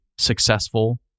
successful